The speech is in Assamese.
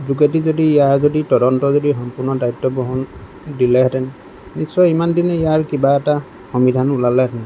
যোগেদি যদি ইয়াৰ যদি তদন্তৰ যদি সম্পূৰ্ণ দায়িত্ব গ্ৰহণ দিলেহেঁতেন নিশ্চয় ইমান দিনে ইয়াৰ কিবা এটা সমিধান ওলালেহেঁতেন